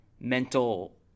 mental